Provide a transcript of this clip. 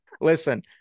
listen